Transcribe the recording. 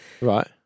Right